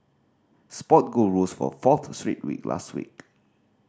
spot gold rose for a fourth straight week last week